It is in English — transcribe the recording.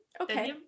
Okay